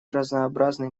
разнообразны